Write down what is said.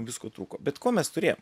visko trūko bet ko mes turėjom